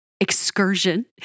excursion